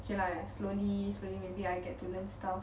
okay lah slowly slowly maybe I get to learn stuff